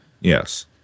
yes